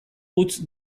utz